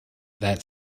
that